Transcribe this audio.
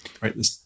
right